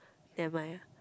never mind ah